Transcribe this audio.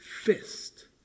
fist